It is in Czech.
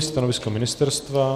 Stanovisko ministerstva?